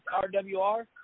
RWR